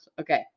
Okay